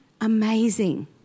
amazing